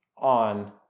on